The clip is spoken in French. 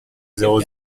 zéro